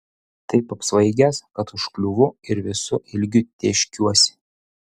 taip apsvaigęs kad užkliūvu ir visu ilgiu tėškiuosi